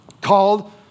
called